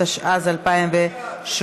התשע"ז 2017,